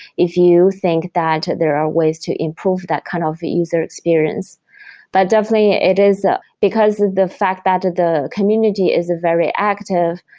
if you think that there are ways to improve that kind of user experience but definitely, it is ah because the fact that the community is very active,